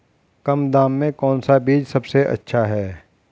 कम दाम में कौन सा बीज सबसे अच्छा है?